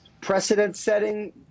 precedent-setting